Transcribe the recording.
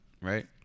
right